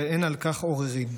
ואין על כך עוררין.